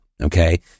okay